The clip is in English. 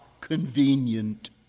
convenient